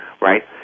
right